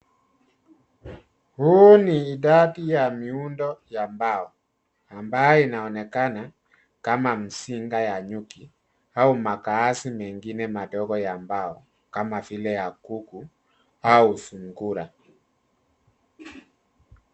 Huu ni idadi ya miundo ya mbao, ambayo inaonekana kama mzinga ya nyuki, au makazi mengine madogo ya mbao, kama vile ya kuku, au sungura.